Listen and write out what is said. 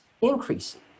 increasing